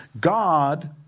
God